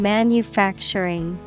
Manufacturing